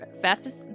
fastest